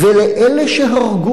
לאלה שהרגו אותו,